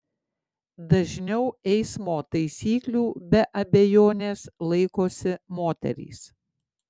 dažniau eismo taisyklių be abejonės laikosi moterys